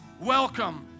welcome